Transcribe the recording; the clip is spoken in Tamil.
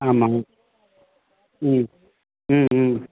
ஆமாம் ம் ம் ம்